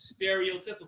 stereotypical